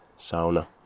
sauna